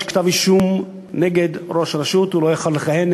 כתב-אישום נגד ראש רשות הוא לא יכול לכהן,